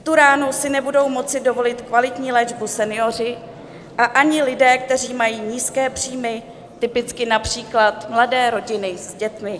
V tu ránu si nebudou moci dovolit kvalitní léčbu senioři a ani lidé, kteří mají nízké příjmy, typicky například mladé rodiny s dětmi.